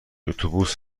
اتوبوس